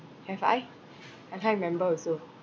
have I I can't remember also